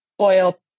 oil